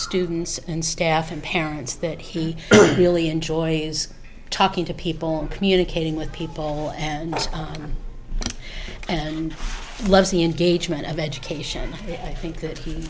students and staff and parents that he really enjoys talking to people communicating with people and and i love the engagement of education i think that